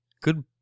Good